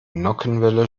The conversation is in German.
nockenwelle